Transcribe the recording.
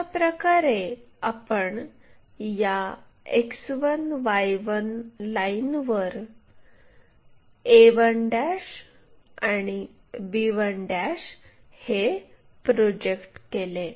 अशाप्रकारे आपण या X1 Y1 लाईनवर a1 आणि b1 हे प्रोजेक्ट केले